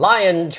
Lion